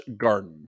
Garden